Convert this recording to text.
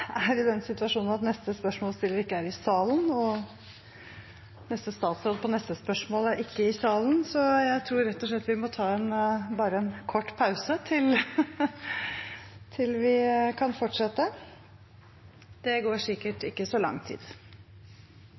i den situasjonen at neste spørsmålsstiller ikke er i salen, og statsråden som skal svare på det neste spørsmålet etter det igjen, er ikke i salen, så jeg tror vi må ta en kort pause før vi kan fortsette. Det går sikkert ikke så lang tid.